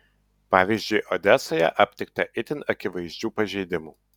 pavyzdžiui odesoje aptikta itin akivaizdžių pažeidimų